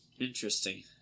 Interesting